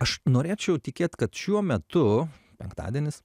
aš norėčiau tikėt kad šiuo metu penktadienis